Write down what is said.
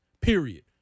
period